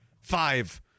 Five